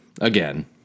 Again